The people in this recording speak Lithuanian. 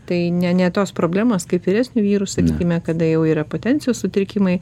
tai ne ne tos problemos kaip vyresnių vyrų sakykime kada jau yra potencijos sutrikimai